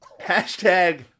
hashtag